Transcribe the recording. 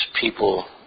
people